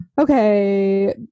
okay